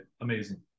Amazing